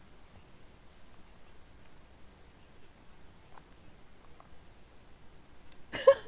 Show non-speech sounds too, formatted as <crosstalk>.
<laughs>